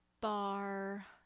bar